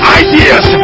ideas